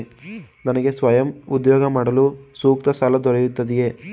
ನನಗೆ ಸ್ವಯಂ ಉದ್ಯೋಗ ಮಾಡಲು ಸೂಕ್ತ ಸಾಲ ದೊರೆಯುತ್ತದೆಯೇ?